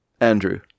Andrew